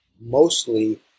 mostly